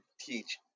teach